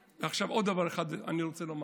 ועכשיו, עוד דבר אחד אני רוצה לומר: